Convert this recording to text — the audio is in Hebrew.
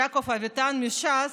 יעקב אביטן מש"ס,